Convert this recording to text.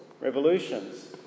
revolutions